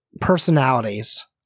personalities